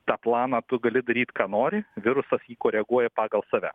tą planą tu gali daryt ką nori virusas jį koreguoja pagal save